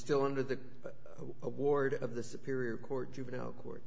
still under the award of the superior court juvenile court